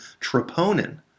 troponin